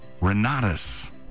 Renatus